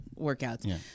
workouts